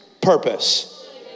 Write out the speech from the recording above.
purpose